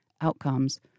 outcomes